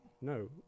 No